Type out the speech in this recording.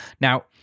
Now